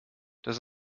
das